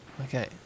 Okay